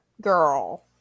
girl